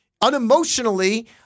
unemotionally